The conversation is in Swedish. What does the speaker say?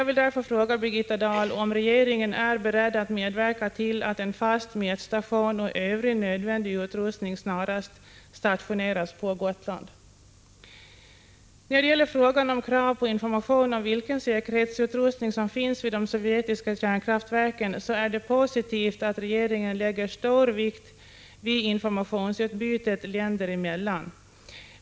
När det gäller frågan om krav på information om vilken säkerhetsutrustning som finns vid de sovjetiska kärnkraftverken, så är det positivt att regeringen lägger stor vikt vid informationsutbytet länder emellan.